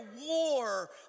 war